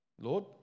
Lord